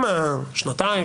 גם השנתיים,